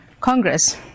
Congress